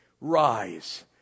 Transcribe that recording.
rise